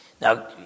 Now